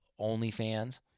OnlyFans